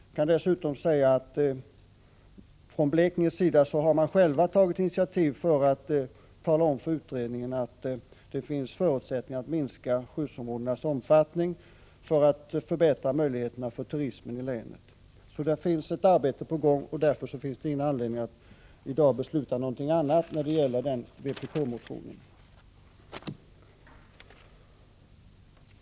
Jag kan dessutom säga att från Blekinges sida har man själva tagit initiativ för att tala om för utredningen att det finns förutsättningar att minska skyddsområdenas omfattning, för att förbättra möjligheterna för turismen i länet. Ett arbete är alltså på gång, och därför finns det inte anledning att i dag besluta någonting annat när det gäller den vpk-motionen.